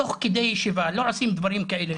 תוך כדי ישיבה לא עושים דברים כאלה,